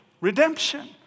redemption